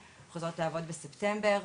חוזרות לעבוד בספטמבר,